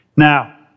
Now